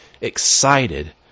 excited